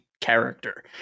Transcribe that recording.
character